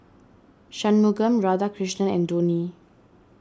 Shunmugam Radhakrishnan and Dhoni